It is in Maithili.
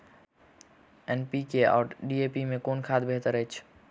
एन.पी.के आ डी.ए.पी मे कुन खाद बेहतर अछि?